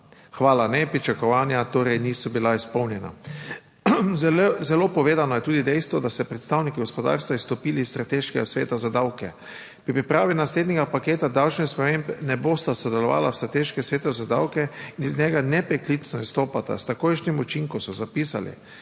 hvala, nepričakovanja torej niso bila izpolnjena. Zelo povedano je tudi dejstvo, da so predstavniki gospodarstva izstopili iz strateškega sveta za davke pri pripravi naslednjega paketa davčnih sprememb ne bosta sodelovala v strateškem svetu za davke in iz njega nepreklicno izstopata s takojšnjim učinkom, so zapisali